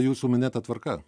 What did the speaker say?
jūsų minėta tvarka